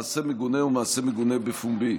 מעשה מגונה ומעשה מגונה בפומבי.